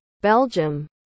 Belgium